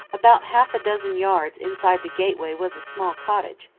about half-a-dozen yards inside the gateway was a small cottage,